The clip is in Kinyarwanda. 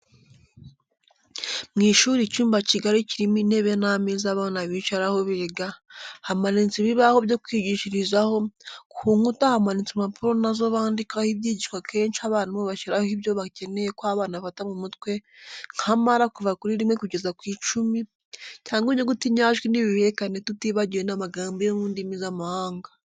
Mu ishuri icyumba kigali kirimo intebe n'ameza abana bicaraho biga, hamanitse ibibaho byo kwigishirizaho, ku nkuta hamanitse impapuro nazo bandikaho ibyigishwa kenshi abarimu bashyiraho ibyo bakeneye ko abana bafata mu mutwe nka mara kuva kuri rimwe kugera ku icumi cyangwa inyuguti inyajwi n'ibihekane tutibagiwe n'amagambo yo mu ndimi z'amahanga.